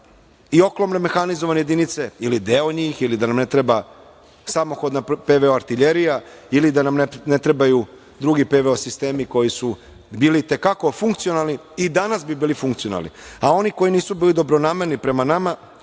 ni oklopne mehanizovane jedinice ili deo njih ili da nam ne treba samohodna PVO artiljerija ili da nam ne trebaju drugi PVO sistemi koji su bili i te kako funkcionalni i danas bi bili funkcionalni, a oni koji nisu bili dobronamerni prema nama